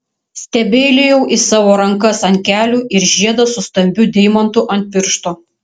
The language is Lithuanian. stebeilijau į savo rankas ant kelių ir žiedą su stambiu deimantu ant piršto